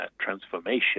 transformation